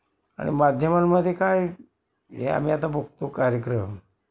आणि माध्यमांमध्ये काय हे आम्ही आता बघतो कार्यक्रम